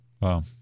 Wow